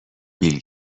بیل